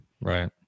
right